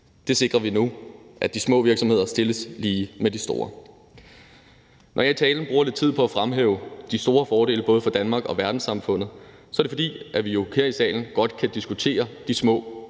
Det sikrer vi nu. De små virksomheder stilles lige med de store. Når jeg i talen bruger lidt tid på at fremhæve de store fordele både for Danmark og verdenssamfundet, er det, fordi vi jo her i salen godt kan diskutere det store